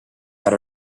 had